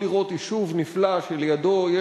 יכול לראות יישוב נפלא לידו,